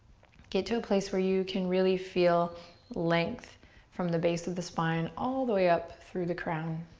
get to a place where you can really feel length from the base of the spine all the way up through the crown.